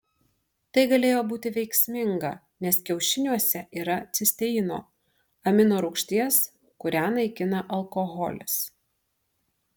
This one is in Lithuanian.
tai galėjo būti veiksminga nes kiaušiniuose yra cisteino amino rūgšties kurią naikina alkoholis